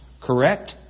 correct